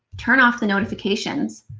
turn off the notifications.